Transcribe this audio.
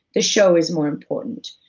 the show is more important.